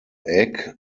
egg